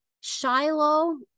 Shiloh